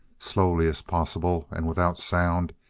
slowly as possible and without sound,